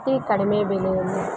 ಅತಿ ಕಡಿಮೆ ಬೆಲೆಯಲ್ಲಿ